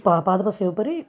पा पादपस्य उपरि